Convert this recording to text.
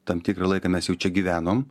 tam tikrą laiką mes čia gyvenom